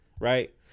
right